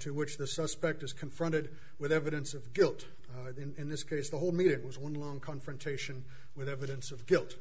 to which the suspect is confronted with evidence of guilt in this case to hold meetings one long confrontation with evidence of guilt